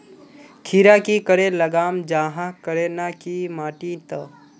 खीरा की करे लगाम जाहाँ करे ना की माटी त?